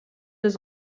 eus